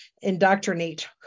indoctrinate